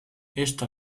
esta